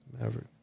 Maverick